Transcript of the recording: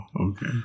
okay